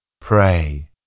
pray